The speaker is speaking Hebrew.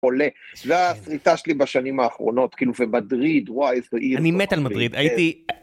זה השריטה שלי בשנים האחרונות, כאילו ומדריד, וואי איזה עיר... אני מת על מדריד, הייתי...